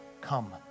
come